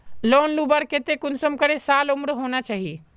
Loan लुबार केते कुंसम करे साल उमर होना चही?